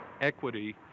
equity